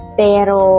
pero